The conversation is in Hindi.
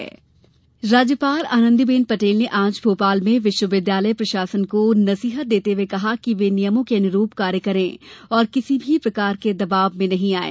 राज्यपाल राज्यपाल आनंदीबेन पटेल ने आज भोपाल में विश्वविद्यालय प्रशासन को नसीहत देते हुए कहा कि वे नियमों के अनुरूप कार्य करें और किसी भी प्रकार के दबाव में नहीं आएं